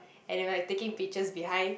and they were like taking pictures behind